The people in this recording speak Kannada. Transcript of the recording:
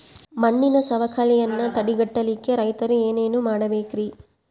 ಮಣ್ಣಿನ ಸವಕಳಿಯನ್ನ ತಡೆಗಟ್ಟಲಿಕ್ಕೆ ರೈತರು ಏನೇನು ಮಾಡಬೇಕರಿ?